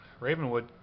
Ravenwood